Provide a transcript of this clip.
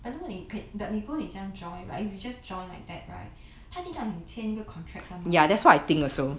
I don't know 你 but 你如果你这样 join right like if you just join like that right 他一定叫你签一个 contract 的吗